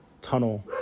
tunnel